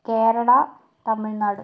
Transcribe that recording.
Kerala Tamil Nadu